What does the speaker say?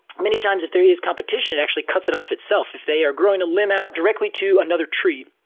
many times, if there is competition, it actually cuts it off itself. if they are growing a limb out directly to another tree,